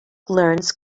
learns